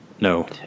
no